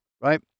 right